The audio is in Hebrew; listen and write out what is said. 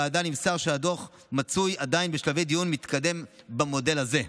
ולוועדה נמסר שהדוח מצוי עדיין בשלבי דיון מתקדם במודל הזה.